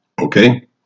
Okay